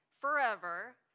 forever